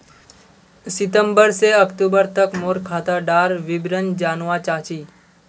सितंबर से अक्टूबर तक मोर खाता डार विवरण जानवा चाहची?